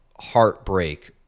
Heartbreak